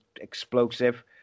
explosive